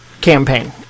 campaign